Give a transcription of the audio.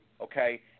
okay